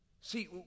See